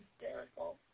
terrible